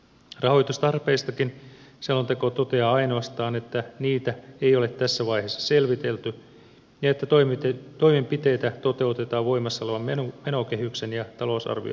rahoitustarpeistakin selonteko toteaa ainoastaan että niitä ei ole tässä vaiheessa selvitelty ja että toimenpiteitä toteutetaan voimassa olevan menokehyksen ja talousarvioiden puitteissa